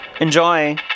Enjoy